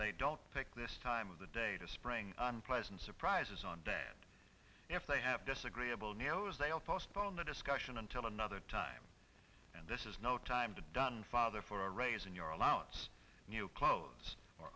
they don't take this time of the day to spring implies and surprises on day and if they have disagreeable neo's they'll postpone the discussion until another time and this is no time to dun father for a raise in your allowance new clothes or